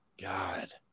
god